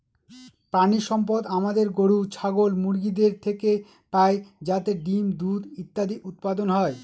প্রানীসম্পদ আমাদের গরু, ছাগল, মুরগিদের থেকে পাই যাতে ডিম, দুধ ইত্যাদি উৎপাদন হয়